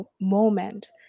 moment